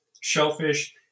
shellfish